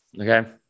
Okay